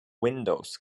windows